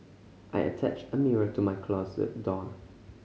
I attached a mirror to my closet door